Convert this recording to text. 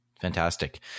fantastic